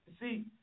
See